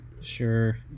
Sure